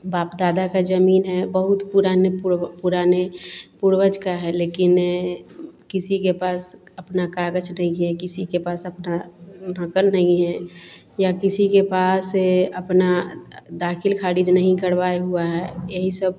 बाप दादा की ज़मीन है बहुत पुराने पु पुराने पूर्वज की है लेकिन किसी के पास अपने काग़ज़ नहीं है किसी के पास अपना नहीं है या किसी के पास यह अपना दाख़िल ख़ारिज नहीं करवाए हुआ है यही सब